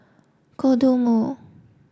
Kodomo